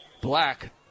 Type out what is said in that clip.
Black